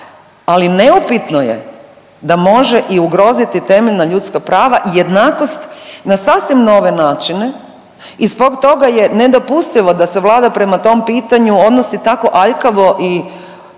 ali neupitno je da može i ugroziti temeljna ljudska prava i jednakost na sasvim nove načine i zbog toga je nedopustivo da se Vlada prema tom pitanju odnosi tako aljkavo i zapravo